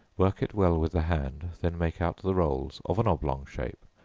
work it well with the hand, then make out the rolls, of an oblong shape,